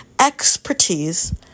expertise